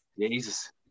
Jesus